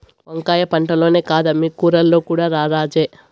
వంకాయ పంటల్లోనే కాదమ్మీ కూరల్లో కూడా రారాజే